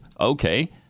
okay